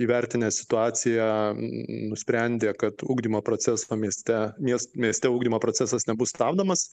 įvertinę situaciją nusprendė kad ugdymo procesą mieste mies mieste ugdymo procesas nebus stabdomas